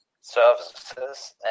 services